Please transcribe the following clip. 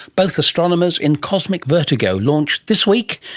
both astronomers in cosmic vertigo, launched this week,